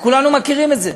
וכולנו מכירים את זה,